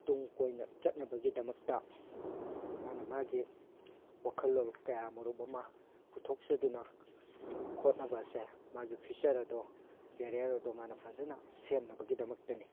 ꯇꯨꯡ ꯀꯣꯏꯅ ꯆꯠꯅꯕꯒꯤꯗꯃꯛꯇ ꯃꯥꯅ ꯃꯥꯒꯤ ꯋꯥꯈꯜꯂꯣꯟ ꯀꯌꯥ ꯑꯃꯔꯣꯝ ꯑꯃ ꯄꯨꯊꯣꯛꯆꯗꯨꯅ ꯍꯣꯠꯅꯕ ꯑꯁꯦ ꯃꯥꯒꯤ ꯐ꯭ꯌꯨꯆꯔ ꯑꯗꯣ ꯀꯦꯔꯤꯌꯔ ꯑꯗꯣ ꯃꯥꯅ ꯐꯖꯅ ꯁꯦꯝꯅꯕꯒꯤꯗꯃꯛꯇꯅꯤ